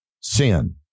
sin